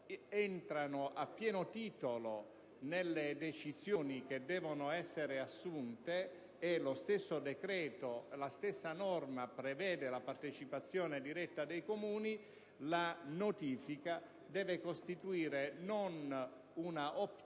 entrano a pieno titolo nelle decisioni che devono essere assunte e che la stessa norma prevede la partecipazione diretta dei Comuni, la notifica deve costituire non un'opzione